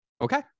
Okay